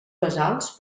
basals